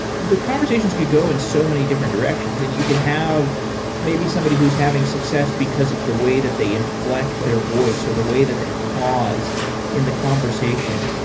the conversations could go in so many different directions and you could have maybe somebody who's having success because of the way that they inflect their voice or the way that they pause in the conversation.